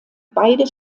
beide